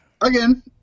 Again